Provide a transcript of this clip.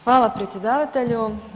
Hvala predsjedavatelju.